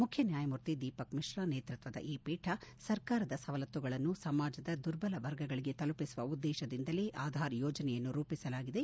ಮುಖ್ಯ ನ್ಯಾಯಮೂರ್ತಿ ದೀಪಕ್ಮಿಶ್ರಾ ನೇತೃತ್ವದ ಈ ಪೀಠ ಸರ್ಕಾರದ ಸವಲತುಗಳನ್ನು ಸಮಾಜದ ದುರ್ಬಲ ವರ್ಗಗಳಿಗೆ ತಲುಪಿಸುವ ಉದ್ಯೇತದಿಂದಲೇ ಆಧಾರ್ ಯೋಜನೆಯನ್ನು ರೂಪಿಸಲಾಗಿದೆ